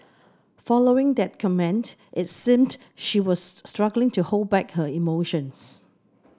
following that comment it seemed she was struggling to hold back her emotions